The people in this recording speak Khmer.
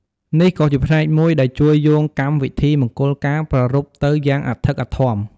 នេះក៏ជាផ្នែកមួយដែលជួយយោងកម្មវិធីមង្គលការប្រារព្ធទៅយ៉ាងអធិកអធម។